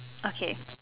okay